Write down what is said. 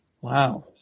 Wow